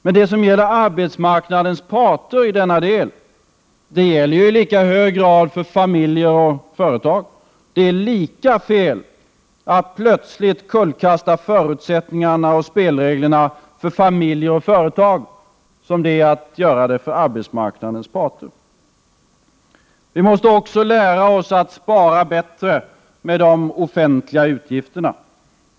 Men det som gäller arbetsmarknadens parter i denna del gäller ju i lika hög grad familjer och företag. Det är lika fel att plötsligt kullkasta förutsättningarna för spelreglerna för familjer och företag som att göra det för arbetsmarknadens parter! Vi måste lära oss att spara bättre med de offentliga utgifterna.